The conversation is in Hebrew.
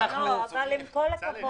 אנחנו מקווים שיהיה חיסון לקורונה.